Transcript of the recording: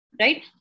right